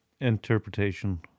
Interpretation